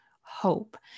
hope